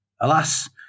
alas